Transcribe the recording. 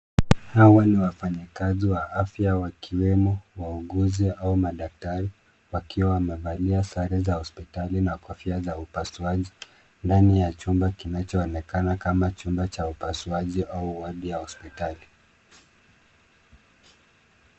Hawa ni wafanyakazi wa afya wakiwemo wauguzi au madaktari, wakiwa wamevalia sare za hospitali na kofia za upasuaji, ndani ya chumba kinachoonekana kama chumba cha upasuaji au wadi ya hospitali.